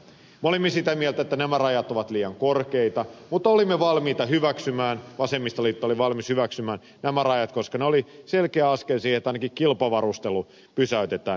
me olimme sitä mieltä että nämä rajat ovat liian korkeita mutta olimme valmiita hyväksymään vasemmistoliitto oli valmis hyväksymään nämä rajat koska ne olivat selkeä askel siihen että ainakin kilpavarustelu pysäytetään